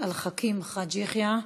חכים חאג' יחיא.